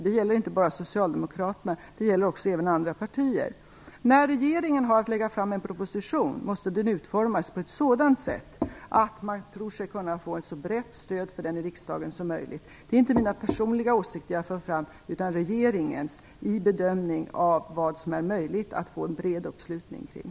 Det gäller inte bara Socialdemokraterna. Det gäller även andra partier. När regeringen har att lägga fram en proposition måste den utformas på ett sådant sätt att man tror sig kunna få ett så brett stöd för den i riksdagen som möjligt. Det är inte mina personliga åsikter jag för fram, utan regeringens i en bedömning av vad det är möjligt att få en bred uppslutning kring.